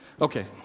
Okay